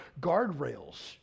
guardrails